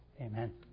Amen